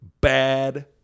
Bad